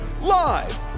live